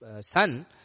son